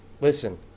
Listen